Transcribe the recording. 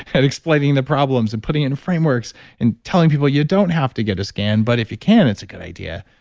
explaining the problems and putting in frameworks and telling people you don't have to get a scan, but if you can, it's a good idea.